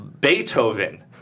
Beethoven